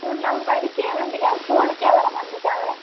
ஸ்கூலில் அவன் படிக்கவே மாட்டேக்கிறான் ஸ்கூலுக்கே வரமாட்டேக்கிறான் அவன்